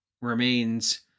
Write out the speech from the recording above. remains